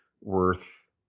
worth